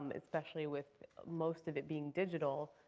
um especially with most of it being digital.